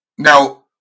Now